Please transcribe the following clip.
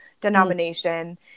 denomination